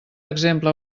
exemple